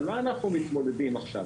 על מה אנחנו מתמודדים עכשיו?